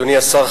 אדוני השר,